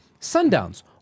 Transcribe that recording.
Sundowns